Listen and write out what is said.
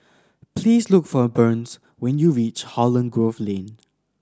please look for Burns when you reach Holland Grove Lane